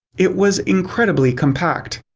it was incredibly compact,